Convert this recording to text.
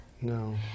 No